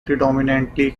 predominantly